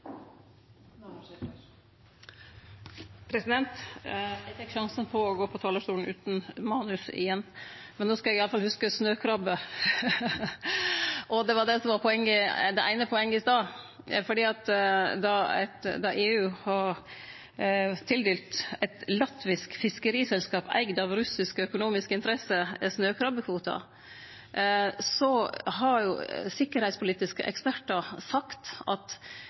Navarsete selv var en del av. Eg tek sjansen på å gå på talarstolen utan manus igjen, men no skal eg i alle fall hugse snøkrabbe. Det var det som var det eine poenget i stad, for då EU hadde tildelt eit latvisk fiskeriselskap eigd av russiske økonomiske interesser snøkrabbekvoter, har sikkerheitspolitiske ekspertar sagt at